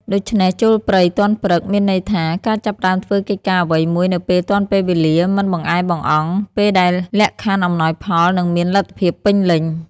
ដូច្នេះចូលព្រៃទាន់ព្រឹក មានន័យថា ការចាប់ផ្ដើមធ្វើកិច្ចការងារអ្វីមួយនៅពេលទាន់ពេលវេលា មិនបង្អែបង្អង់ ពេលដែលលក្ខខណ្ឌអំណោយផល និងមានលទ្ធភាពពេញលេញ ។